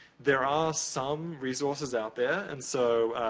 there are some resources out there. and, so,